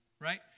right